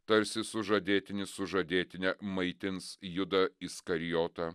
tarsi sužadėtinis sužadėtinę maitins judą iskarijotą